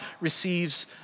receives